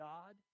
God